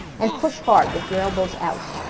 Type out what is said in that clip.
and push hard with your elbows out